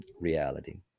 reality